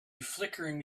flickering